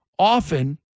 Often